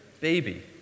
baby